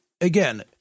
again